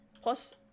plus